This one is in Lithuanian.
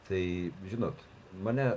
tai žinot mane